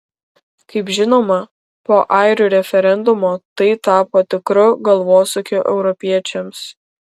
kaip žinoma po airių referendumo tai tapo tikru galvosūkiu europiečiams